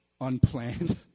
unplanned